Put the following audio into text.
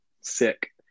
sick